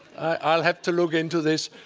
i'll have to look into this.